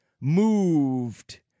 moved